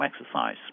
exercise